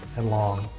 and long,